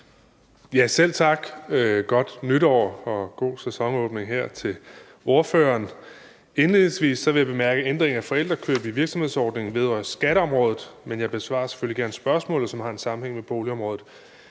Selv tak. Godt nytår, og god sæsonåbning til ordføreren. Indledningsvis vil jeg bemærke, at ændringen af forældrekøb i virksomhedsordningen vedrører skatteområdet, men jeg besvarer selvfølgelig gerne spørgsmålet, som har en sammenhæng med boligområdet.